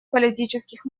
политических